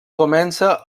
comença